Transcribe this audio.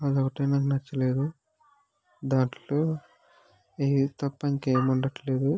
అది ఒకటే నాకు నచ్చలేదు దాంట్లో ఎయిర్ తప్ప ఇంకేం ఉండట్లేదు